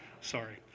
Sorry